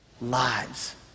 lives